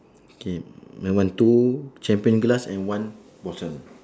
okay my one two champagne glass and one bottle